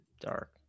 Dark